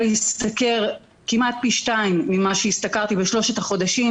להשתכר כמעט פי שניים ממה שהשתכרתי בשלושת החודשים